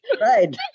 Right